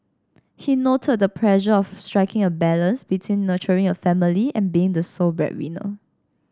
he noted the pressure of striking a balance between nurturing a family and being the sole breadwinner